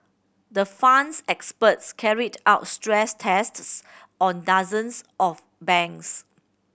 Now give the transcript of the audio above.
the Fund's experts carried out stress tests on dozens of banks